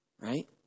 right